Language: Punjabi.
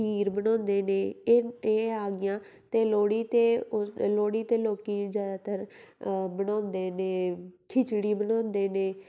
ਖੀਰ ਬਣਾਉਂਦੇ ਨੇ ਇਹ ਇਹ ਆ ਗਈਆਂ ਅਤੇ ਲੋਹੜੀ 'ਤੇ ਉਹ ਲੋਹੜੀ 'ਤੇ ਲੋਕ ਜ਼ਿਆਦਾਤਰ ਬਣਾਉਂਦੇ ਨੇ ਖਿਚੜੀ ਬਣਾਉਂਦੇ ਨੇ